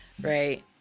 right